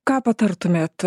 ką patartumėt